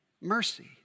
mercy